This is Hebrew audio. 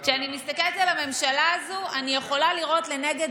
כשאני מסתכלת על הממשלה הזאת אני יכולה לראות לנגד